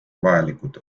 vajalikud